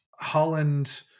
Holland